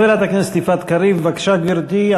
חברת הכנסת יפעת קריב, בבקשה, גברתי.